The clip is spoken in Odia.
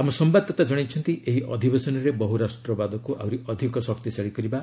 ଆମ ସମ୍ଭାଦଦାତା ଜଣାଇଛନ୍ତି ଏହି ଅଧିବେଶନରେ ବହୁରାଷ୍ଟ୍ରବାଦକୁ ଆହୁରି ଅଧିକ ଶକ୍ତିଶାଳୀ କରିବା